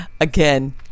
again